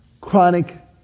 chronic